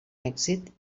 èxit